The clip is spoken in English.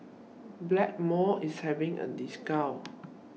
Blackmores IS having A discount